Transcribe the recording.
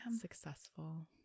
successful